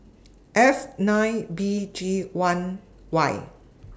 F nine B G one Y